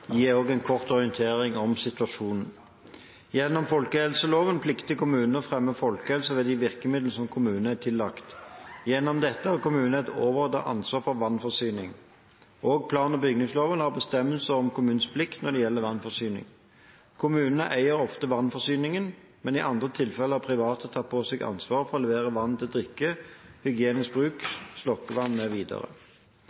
en kort orientering om situasjonen. Gjennom folkehelseloven plikter kommunene å fremme folkehelse ved de virkemidlene som kommunene er tillagt. Gjennom dette har kommunene et overordnet ansvar for vannforsyning. Også plan- og bygningsloven har bestemmelser om kommunens plikter når det gjelder vannforsyning. Kommunene eier ofte vannforsyningene, men i andre tilfeller har private tatt på seg ansvaret for å levere vann til drikke,